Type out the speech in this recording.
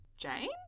Jane